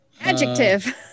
Adjective